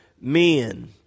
men